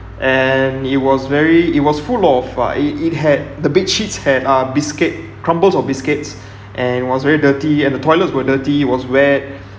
and it was very it was full of uh it it had the bedsheets had uh biscuit crumbles of biscuits and was very dirty and the toilet were dirty it was wet